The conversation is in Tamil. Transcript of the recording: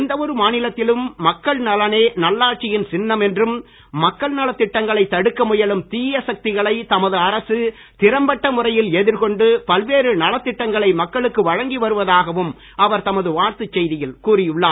எந்த ஒரு மாநிலத்திலும் மக்கள் நலனே நல்லாட்சியின் சின்னம் என்றும் மக்கள் நலத்திட்டங்களை தடுக்க முயலும் தீய சக்திகளை தமது அரசு திறம்பட்ட முறையில் எதிர்கொண்டு பல்வேறு நலத் திட்டங்களை மக்களுக்கு வழங்கி வருவதாகவும் அவர் தமது வாழ்த்துச் செய்தியில் கூறி உள்ளார்